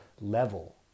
level